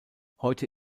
heute